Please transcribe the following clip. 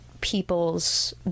people's